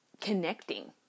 connecting